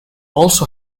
also